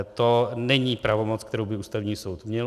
To není pravomoc, kterou by Ústavní soud měl.